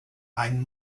ein